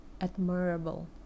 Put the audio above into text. admirable